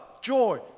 joy